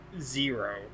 Zero